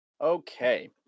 Okay